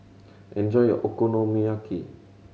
enjoy your Okonomiyaki